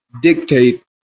dictate